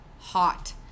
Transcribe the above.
hot